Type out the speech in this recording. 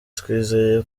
twizeye